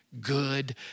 good